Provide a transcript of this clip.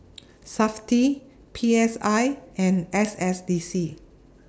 Safti P S I and S S D C